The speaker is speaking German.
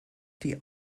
die